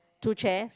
two chairs